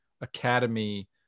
Academy